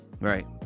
Right